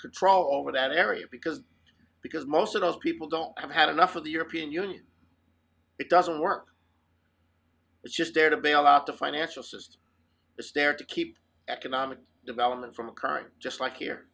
control over that area because because most of those people don't have enough of the european union it doesn't work it's just there to bail out the financial system the stair to keep economic development from occurring just like here